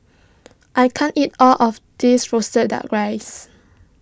I can't eat all of this Roasted Duck Rice